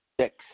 Six